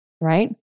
Right